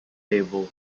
label